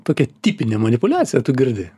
tokią tipinę manipuliaciją tu girdi